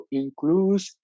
includes